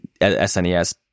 SNES